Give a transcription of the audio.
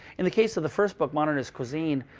in the case of the first book, modernist cuisine,